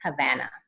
Havana